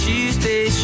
Tuesday